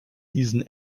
diesen